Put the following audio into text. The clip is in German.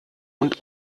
und